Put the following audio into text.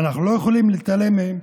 ואנחנו לא יכולים להתעלם מהם,